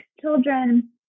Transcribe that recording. children